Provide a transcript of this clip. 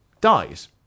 dies